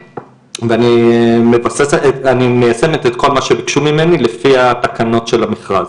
ואני מיישמת את כל מה שביקשו ממני לפי התקנות של המכרז.